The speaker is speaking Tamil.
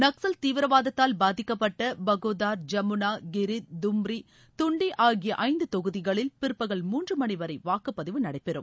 நக்ஸல் தீவிரவாதத்தால் பாதிக்கப்பட்ட பகோதார் ஜமுனா கிரிதி தும்ரி துண்டி ஆகிய ஐந்து தொகுதிகளில் பிற்பகல் மூன்று மணி வரை வாக்குப்பதிவு நடைபெறும்